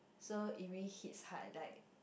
so if we hit hard like